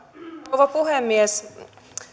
rouva puhemies